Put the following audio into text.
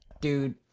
dude